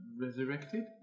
resurrected